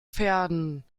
pferden